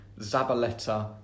Zabaleta